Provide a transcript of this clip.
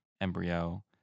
embryo